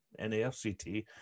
NAFCT